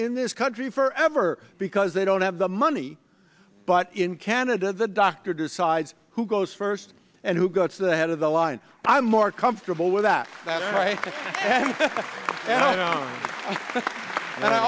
in this country forever because they don't have the money but in canada the doctor decides who goes first and who gets the head of the line i'm more comfortable with that right